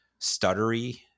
stuttery